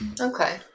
Okay